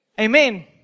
Amen